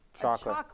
chocolate